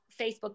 Facebook